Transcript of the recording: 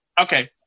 Okay